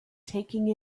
taking